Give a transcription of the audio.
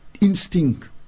instinct